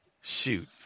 shoot